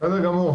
תודה רבה.